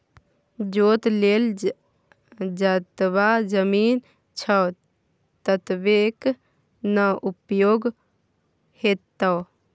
जोत लेल जतबा जमीन छौ ततबेक न उपयोग हेतौ